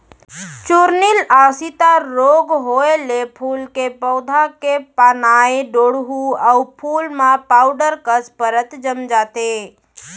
चूर्निल आसिता रोग होउए ले फूल के पउधा के पानाए डोंहड़ू अउ फूल म पाउडर कस परत जम जाथे